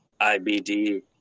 IBD